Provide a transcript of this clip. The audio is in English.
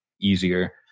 easier